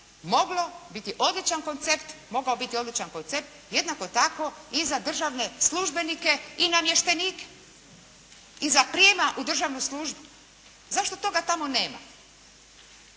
samo za vježbenike, to bi moglo biti odličan koncept jednako tako i za državne službenike i namještenike i za prijema u državnu službu. Zašto toga tamo nema?